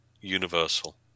Universal